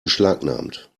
beschlagnahmt